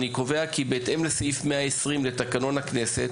אני קובע כי בהתאם לסעיף 120 לתקנון הכנסת,